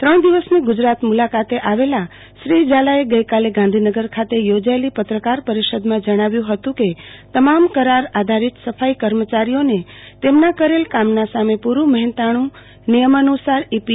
ત્રણ દિવસની ગુજરાત મુલાકાતે આવેલા શ્રી ઝાલાએ ગઈકાલે ગાંધીનગર ખાતે યોજાયેલી પત્રકાર પરિષદમાં જણાવ્યુ હતું કે તમામ કરાર આધારીત સફાઈ કર્મચારીઓને તેમના કરેલ કામના સામે પુરૂ મહેનતાણું નિયમાનુ સાર છૈપી